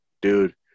dude